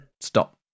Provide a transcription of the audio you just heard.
Stop